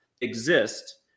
exist